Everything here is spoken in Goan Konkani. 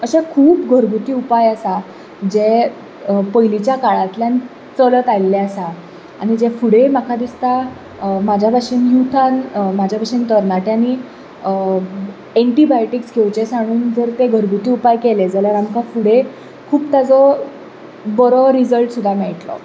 अशे खूब घरगूती उपाय आसात जे पयलींच्या काळांतल्यान चलत आयिल्ले आसा आनी जे फुडेंय म्हाका दिसता म्हाज्या बशेन युथान म्हाज्या बशेन तरणाट्यांनी एन्टीबायोटीक्स घेवचे सांडून जर ते घरगूती उपाय केले जाल्यार आमकां फुडें खूब ताचो बरो रिसल्ट सुद्दां मेळटलो